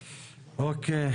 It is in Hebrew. אוקיי.